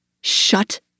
Shut